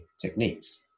techniques